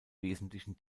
wesentlichen